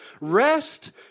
rest